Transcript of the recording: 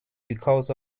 because